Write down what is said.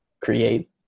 create